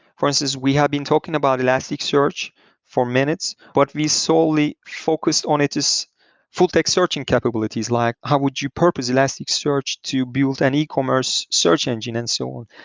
for instance, we have been talking about elasticsearch for minutes, but we solely focused on its full text searching capabilities, like how would you purpose elasticsearch to build an ecommerce search engine and so on?